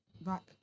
Back